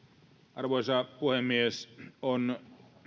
arvoisa puhemies on